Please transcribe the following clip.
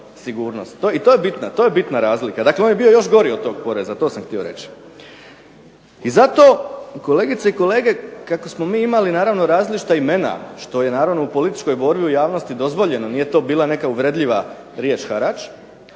i to je bitna razlika. Dakle, on je bio još gori od tog poreza, to sam htio reći. I zato, kolegice i kolege, kako smo mi imali naravno različita imena, što je naravno u političkoj borbi u javnosti dozvoljeno, nije to bila neka uvredljiva riječ harač,